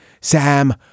Sam